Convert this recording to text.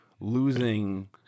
losing